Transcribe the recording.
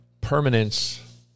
permanence